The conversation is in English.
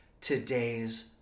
today's